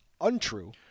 untrue